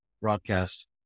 broadcast